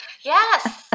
Yes